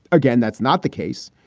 again, that's not the case.